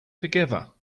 together